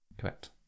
Correct